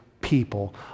people